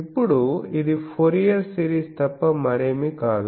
ఇప్పుడు ఇది Fourier series తప్ప మరేమీ కాదు